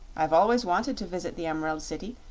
i've always wanted to visit the emerald city,